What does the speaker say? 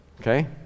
Okay